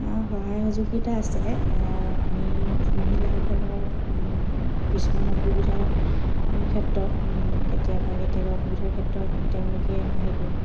সহায় সহযোগিতা আছে আমি মহিলাসকলৰ কিছুমান অসুবিধাৰ ক্ষেত্ৰত কেতিয়াবা কেতিয়াবা অসুবিধাৰ ক্ষেত্ৰত তেওঁলোকে সহায় কৰে